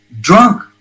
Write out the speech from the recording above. drunk